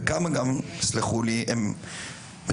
וכמה גם, תסלחו לי, הם מטומטמים,